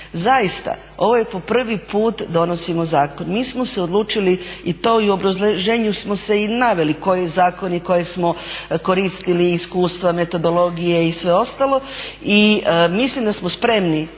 Zaista, ovo je po prvi put donosimo zakon. Mi smo se odlučili i to i u obrazloženju smo se i naveli koji zakoni koje smo koristili i iskustva, metodologije i sve ostalo. I mislim da smo spremni